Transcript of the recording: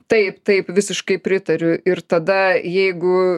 taip taip visiškai pritariu ir tada jeigu